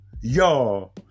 Y'all